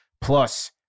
plus